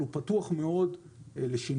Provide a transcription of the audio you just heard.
אבל הוא פתוח מאוד לשינויים.